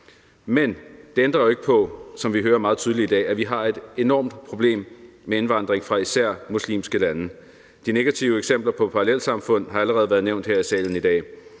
Men det ændrer ikke på, som vi hører meget tydeligt i dag, at vi har et enormt problem med indvandring fra især muslimske lande. De negative eksempler på parallelsamfund har allerede været nævnt her i salen i dag.